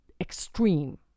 extreme